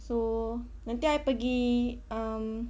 so nanti I pergi um